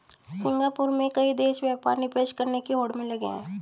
Singapore में कई देश व्यापार निवेश करने की होड़ में लगे हैं